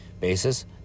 basis